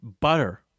butter